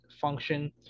function